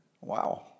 Wow